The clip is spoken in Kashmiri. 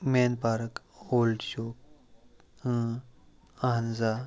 مین پارَک اولڈ چوک اہن حظ آ